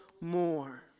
more